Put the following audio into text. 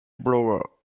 blower